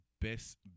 best